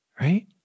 right